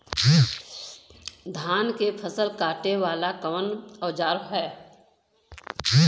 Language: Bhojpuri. धान के फसल कांटे वाला कवन औजार ह?